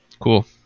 Cool